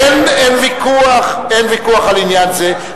אין ויכוח על עניין זה,